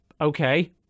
Okay